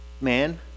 man